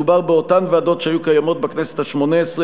מדובר באותן ועדות שהיו קיימות בכנסת השמונה-עשרה